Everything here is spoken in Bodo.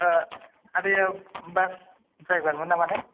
आदैया बास द्राइभारमोन नामा ने